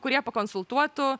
kurie pakonsultuotų